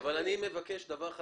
אבל אני מבקש דבר אחד,